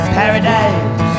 paradise